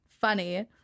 funny